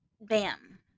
bam